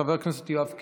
חבר הכנסת יואב קיש.